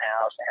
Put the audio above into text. house